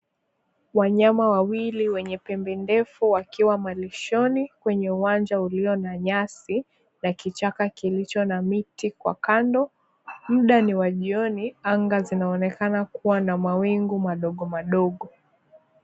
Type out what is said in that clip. Wanyama wawili wenye pembe ndefu wakiwa malishoni kwenye uwanja ulio na nyasi na kichaka kilicho na miti kwa kando. Muda ni wa jioni anga, zinaonekana kuwa na mawingu madogo madogo.